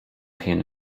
pain